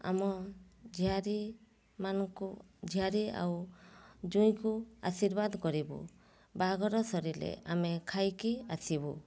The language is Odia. ଆମ ଝିଆରୀ ମାନଙ୍କୁ ଝିଆରୀ ଆଉ ଜ୍ଵାଇଁଙ୍କୁ ଆଶୀର୍ବାଦ କରିବୁ ବାହାଘର ସରିଲେ ଆମେ ଖାଇକି ଆସିବୁ